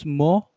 more